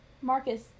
Marcus